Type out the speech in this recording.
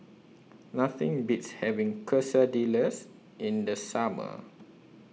Nothing Beats having Quesadillas in The Summer